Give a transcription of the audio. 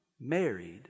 married